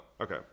Okay